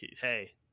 hey